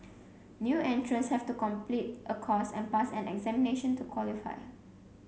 new entrants have to complete a course and pass an examination to qualify